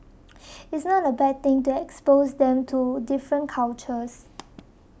it's not a bad thing to expose them to different cultures